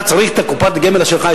אתה צריך את קופת הגמל שלך,